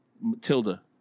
Matilda